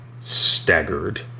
staggered